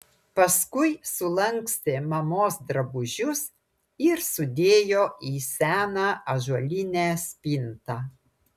paskui sulankstė mamos drabužius ir sudėjo į seną ąžuolinę spintą